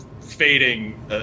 fading